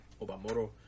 Obamoro